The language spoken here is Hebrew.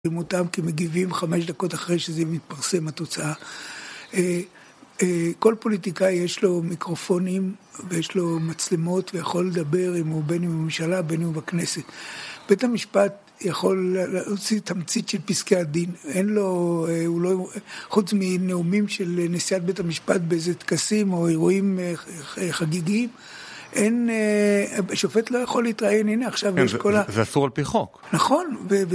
עם אותם, כי מגיבים חמש דקות אחרי שזה מתפרסם התוצאה. כל פוליטיקאי יש לו מיקרופונים, ויש לו מצלמות, ויכול לדבר אם הוא בין עם הממשלה, בין עם הכנסת. בית המשפט יכול להוציא תמצית של פסקי הדין. אין לו, חוץ מנאומים של נשיאת בית המשפט באיזה טקסים או אירועים חגיגיים, אין, שופט לא יכול להתראיין, הנה עכשיו יש כל ה... זה אסור על פי חוק. נכון.